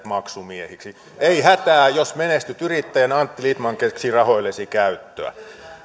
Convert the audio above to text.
maksumiehiksi ei hätää jos menestyt yrittäjänä antti lindtman keksii rahoillesi käyttöä